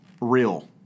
real